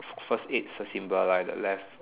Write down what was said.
first aid s~ symbol lah the left